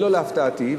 ולא להפתעתי,